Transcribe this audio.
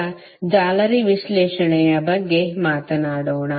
ಈಗ ಜಾಲರಿ ವಿಶ್ಲೇಷಣೆಯ ಬಗ್ಗೆ ಮಾತನಾಡೋಣ